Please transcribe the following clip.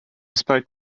spoke